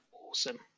awesome